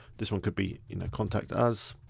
this one could be you know contact us.